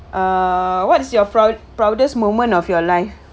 err what is your proud proudest moment of your life